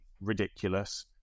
ridiculous